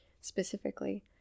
specifically